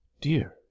Dear